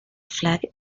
flag